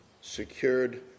secured